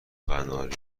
قناری